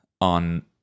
on